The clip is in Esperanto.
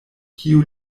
kio